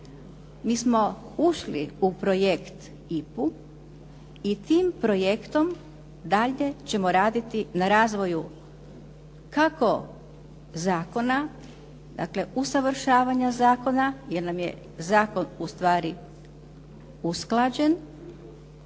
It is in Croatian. mi smo ušli u projekt IPA-u i tim projektom dalje ćemo raditi na razvoju kako zakona, dakle usavršavanja zakona, jer nam je zakon ustvari usklađen